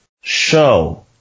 show